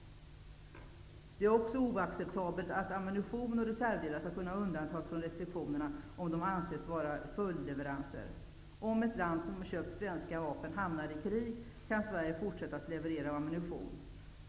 Det är också oacceptabelt att ammunition och reservdelar skall kunna undantas från restriktionerna, om de anses vara följdleveranser. Om ett land som har köpt svenska vapen hamnar i krig, kan Sverige fortsätta att leverera ammunition.